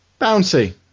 Bouncy